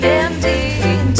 ending